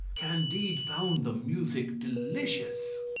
candide found the music delicious.